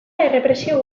errepresio